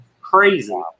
crazy